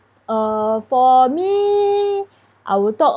uh for me I will talk